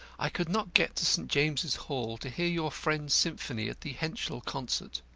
i could not get to st. james's hall to hear your friend's symphony at the henschel concert.